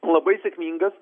labai sėkmingas